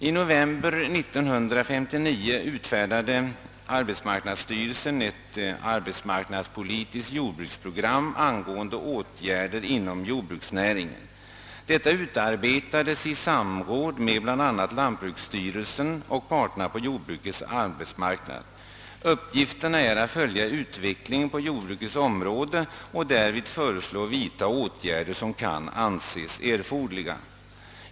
I november 1959 utfärdade arbetsmarknadsstyrelsen ett arbetsmarknadspolitiskt jordbruksprogram angående åtgärder inom jordbruksnäringen. Detta utarbetades i samråd med bl.a. lantbruksstyrelsen och parterna på jordbrukets arbetsmarknad. Uppgiften är att följa utvecklingen på jordbrukets område och därvid föreslå och vidta åtgärder som kan anses erforderliga.